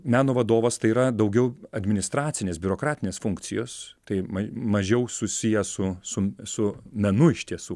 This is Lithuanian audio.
meno vadovas tai yra daugiau administracinės biurokratinės funkcijos tai mažiau susiję su su su menu iš tiesų